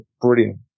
brilliant